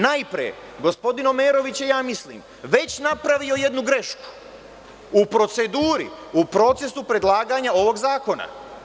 Najpre, gospodin Omerović je, ja mislim, već napravio jednu grešku u proceduri, u procesu predlaganja ovog zakona.